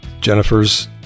Jennifer's